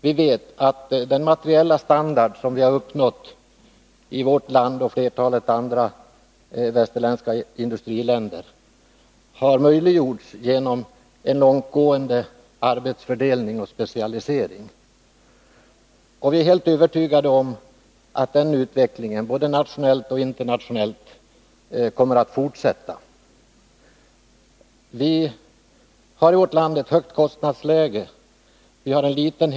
Vi vet att den materiella standard som har uppnåtts i vårt land och i flertalet andra västerländska industriländer har möjliggjorts genom en långtgående arbetsfördelning och specialisering. Vi är också helt övertygade om att den utvecklingen kommer att fortsätta både nationellt och internationellt. Kostnadsläget i vårt land är högt och hemmamarknaden är liten.